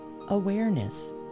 awareness